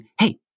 hey